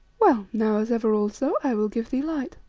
well, now, as ever also, i will give thee light.